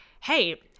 hey